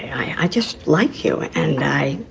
i just like you and i.